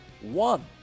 one